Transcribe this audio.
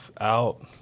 out